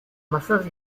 maçãs